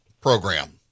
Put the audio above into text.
program